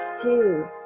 Two